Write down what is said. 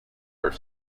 are